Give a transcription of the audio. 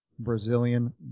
Brazilian